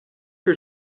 que